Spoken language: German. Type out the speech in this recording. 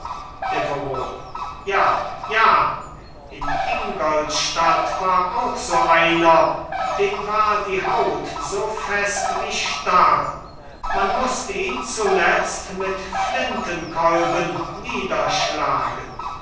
ja ja in ingolstadt war auch so einer dem war die haut so fest wie stahl man mußt ihn zuletzt mit flintenkolben niederschlagen